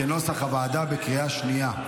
כנוסח הוועדה, אושרו בקריאה שנייה.